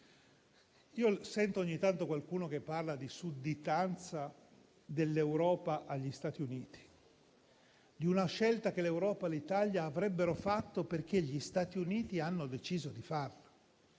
tanto sento qualcuno parlare di sudditanza dell'Europa agli Stati Uniti, di una scelta che l'Europa e l'Italia avrebbero fatto perché gli Stati Uniti hanno deciso di farla.